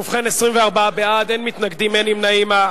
ובכן, 24 בעד, אין מתנגדים, אין נמנעים.